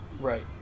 Right